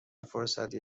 فرصتی